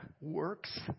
works